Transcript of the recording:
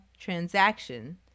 transaction